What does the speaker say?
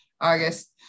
August